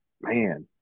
man